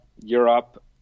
Europe